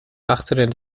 achterin